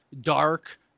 dark